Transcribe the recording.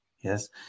Yes